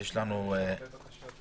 אם תכניסו משהו,